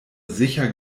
sicher